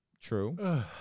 True